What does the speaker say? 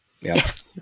Yes